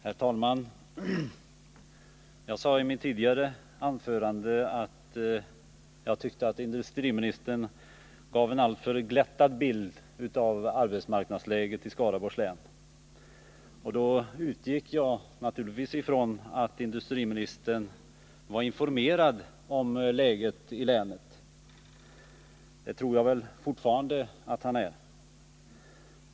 Herr talman! Jag sade i mitt tidigare anförande att jag tyckte att industriministern gav en alltför glättad bild av arbetsmarknadsläget i Skaraborgs län. Då utgick jag naturligtvis ifrån att industriministern var informerad om läget i länet, och det tror jag väl fortfarande att han är.